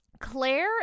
claire